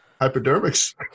hypodermics